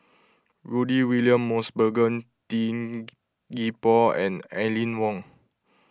Rudy William Mosbergen Tin Gee Paw and Aline Wong